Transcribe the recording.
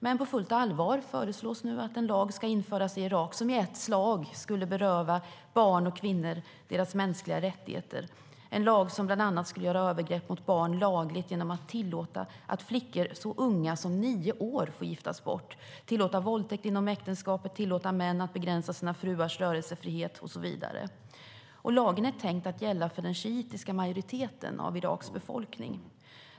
Men på fullt allvar föreslås nu att en lag ska införas i Irak som i ett slag skulle beröva barn och kvinnor deras mänskliga rättigheter. Det är en lag som bland annat skulle göra övergrepp mot barn lagligt genom att tillåta att flickor så unga som nio år får giftas bort. Den skulle tillåta våldtäkt inom äktenskapet, tillåta män att begränsa sina fruars rörelsefrihet och så vidare. Lagen är tänkt att gälla för den shiitiska majoriteten av Iraks befolkning.